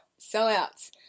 Sellouts